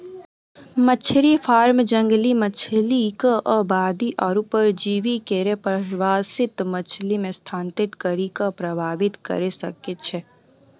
मछरी फार्म जंगली मछरी क आबादी आरु परजीवी केरो प्रवासित मछरी म स्थानांतरित करि कॅ प्रभावित करे सकै छै